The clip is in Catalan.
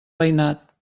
veïnat